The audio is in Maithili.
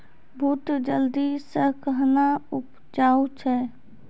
बूट जल्दी से कहना उपजाऊ छ?